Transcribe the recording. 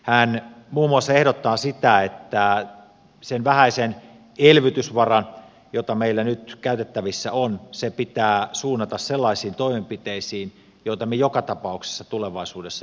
hän muun muassa ehdottaa sitä että se vähäinen elvytysvara jota meillä nyt käytettävissä on pitää suunnata sellaisiin toimenpiteisiin joita me joka tapauksessa tulevaisuudessa joutuisimme tekemään